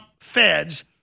feds